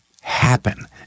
happen